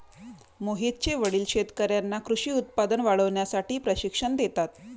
मोहितचे वडील शेतकर्यांना कृषी उत्पादन वाढवण्यासाठी प्रशिक्षण देतात